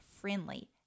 friendly